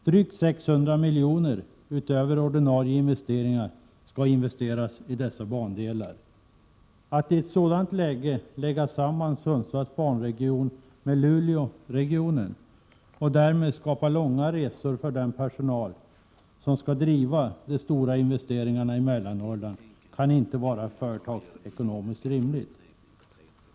Utöver ordinarie investeringar skall drygt 600 miljoner investeras i dessa bandelar. Att lägga samman Sundsvalls banregion med Luleåregionen i ett sådant läge, och därmed skapa långa resor för den personal som skall driva de stora investeringarna i Mellannorrland, kan inte vara företagsekonomiskt rimligt.